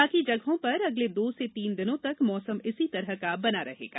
बाकी जगहों पर अगले दो से तीन दिनों तक मौसम इसी तरह का बना रहेगा